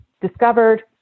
discovered